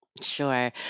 Sure